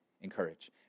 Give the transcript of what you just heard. encourage